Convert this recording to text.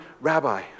rabbi